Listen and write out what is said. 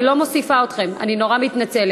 אני לא מוסיפה אתכם, אני נורא מתנצלת.